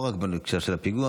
ולא רק בהקשר של הפיגוע.